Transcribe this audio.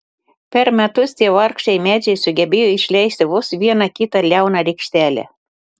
per metus tie vargšai medžiai sugebėjo išleisti vos vieną kitą liauną rykštelę